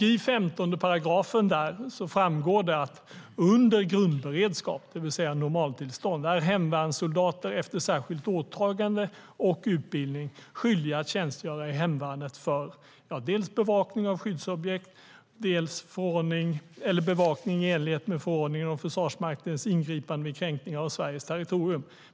I 15 § framgår det att under grundberedskap, det vill säga normaltillstånd, är hemvärnssoldater efter särskilt åtagande och efter utbildning skyldiga att tjänstgöra i hemvärnet för dels bevakning av skyddsobjekt, dels bevakning i enlighet med förordningen om Försvarsmaktens ingripanden vid kränkningar av Sveriges territorium.